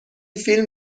فیلم